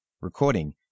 Recording